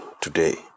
today